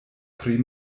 pri